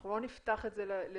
אנחנו לא נפתח את זה לדיון.